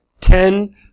ten